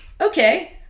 okay